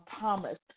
Thomas